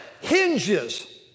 hinges